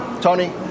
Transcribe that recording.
Tony